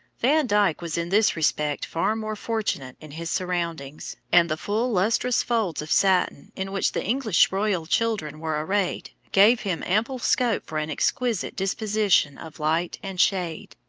van dyck was in this respect far more fortunate in his surroundings, and the full, lustrous folds of satin in which the english royal children were arrayed, gave him ample scope for an exquisite disposition of light and shade.